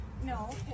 No